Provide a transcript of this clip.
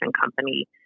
company